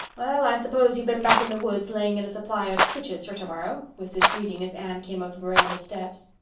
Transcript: well, i suppose you've been back in the woods laying in a supply of switches for tomorrow? was his greeting as anne came up the veranda steps.